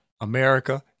America